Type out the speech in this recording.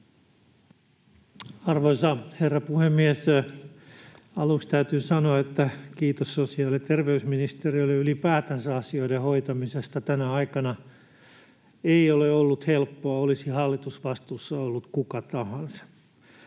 Arvoisa herra puhemies! Aluksi täytyy sanoa kiitos sosiaali- ja terveysministeriölle ylipäätänsä asioiden hoitamisesta tänä aikana. Ei ole ollut helppoa, olisi hallitusvastuussa ollut kuka tahansa.